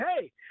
hey